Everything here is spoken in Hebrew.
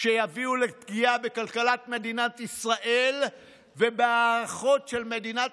שיביאו לפגיעה בכלכלת מדינת ישראל ובהערכה למדינת